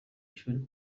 ishuri